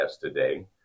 today